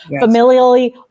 familially